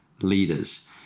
leaders